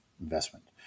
investment